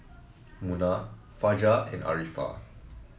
Munah Fajar and Arifa